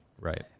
Right